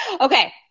okay